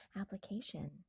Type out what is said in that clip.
application